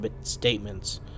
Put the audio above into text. statements